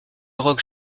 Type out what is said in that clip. rock